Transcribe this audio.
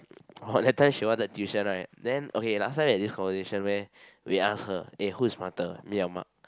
or that time she wanted tuition right then okay last time have this conversation where we ask her eh who's smarter me or Mark